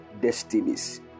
destinies